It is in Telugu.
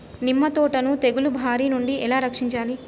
నిమ్మ తోటను తెగులు బారి నుండి ఎలా రక్షించాలి?